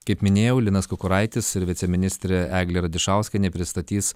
kaip minėjau linas kukuraitis ir viceministrė eglė radišauskienė pristatys